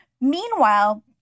meanwhile